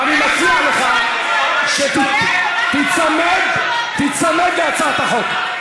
ואני מציע לך שתיצמד להצעת החוק.